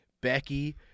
Becky